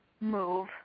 move